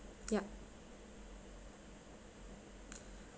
yup